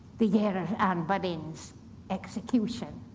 the year of anne boleyn's execution.